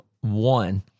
one